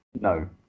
no